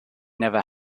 never